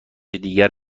دیگر